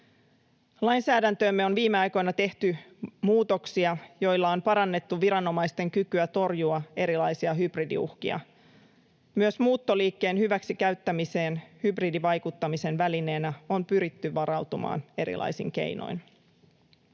Lainsäädäntöömme on viime aikoina tehty muutoksia, joilla on parannettu viranomaisten kykyä torjua erilaisia hybridiuhkia. Myös muuttoliikkeen hyväksikäyttämiseen hybridivaikuttamisen välineenä on pyritty varautumaan erilaisin keinoin.